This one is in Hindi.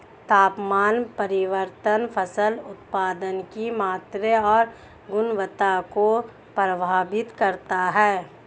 तापमान परिवर्तन फसल उत्पादन की मात्रा और गुणवत्ता को प्रभावित करता है